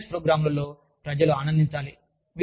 ఈ వెల్నెస్ ప్రోగ్రామ్లలో ప్రజలు ఆనందించాలి